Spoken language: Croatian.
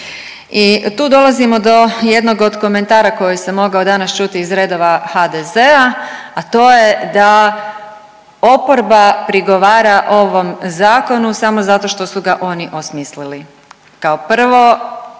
I tu dolazimo do jednog od komentara koji se mogao danas čuti iz redova HDZ-a, a to je da oporba prigovara ovom zakonu samo zato što su ga oni osmislili. Kao prvo